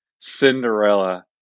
Cinderella